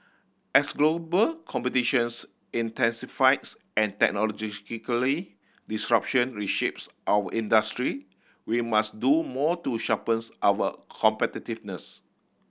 as global competitions intensifies and technological disruption reshapes our industry we must do more to sharpens our competitiveness